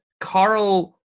Carl